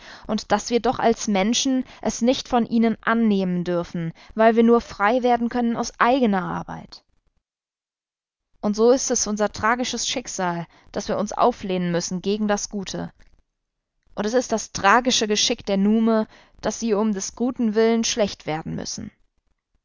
und daß wir doch als menschen es nicht von ihnen annehmen dürfen weil wir nur frei werden können aus eigener arbeit und so ist es unser tragisches schicksal daß wir uns auflehnen müssen gegen das gute und es ist das tragische geschick der nume daß sie um des guten willen schlecht werden müssen